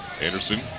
Anderson